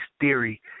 theory